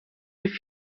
die